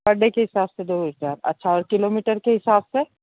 पर डे के हिसाब से दोगे क्या आप अच्छा और किलोमीटर के हिसाब से